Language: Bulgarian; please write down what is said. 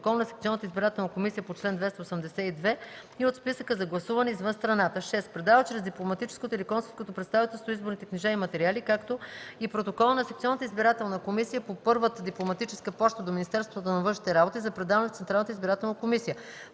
комисия по първата дипломатическа поща до Министерството на външните работи за предаване в Централната избирателна комисия;